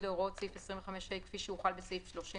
להוראות סעיף 25(ה) כפי שהוחל בסעיף 30,